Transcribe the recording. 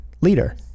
leader